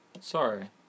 Sorry